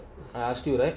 I ask you right